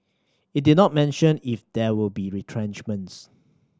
it did not mention if there will be retrenchments